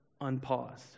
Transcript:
unpaused